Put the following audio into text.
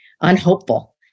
unhopeful